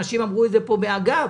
אנשים אמרו את זה פה בשיחת אגב,